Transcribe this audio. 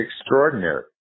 extraordinary